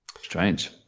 strange